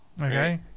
okay